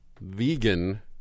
Vegan